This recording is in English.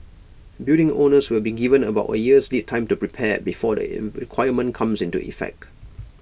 building owners will be given about A year's lead time to prepare before the in requirement comes into effect